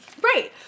Right